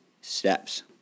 steps